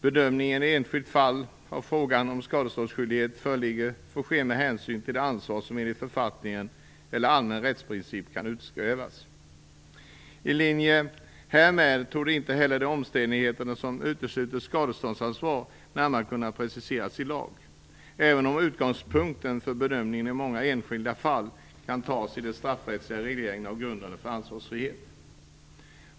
Bedömningen i ett enskilt fall av frågan om skadeståndsskyldighet föreligger får ske med hänsyn till det ansvar som enligt författning eller allmänna rättsprinciper kan utkrävas. I linje härmed torde inte heller de omständigheter som utesluter skadeståndsansvar närmare kunna preciseras i lag, även om utgångspunkten för bedömningen i många enskilda fall kan tas i den straffrättsliga regleringen av grunderna för ansvarsfrihet.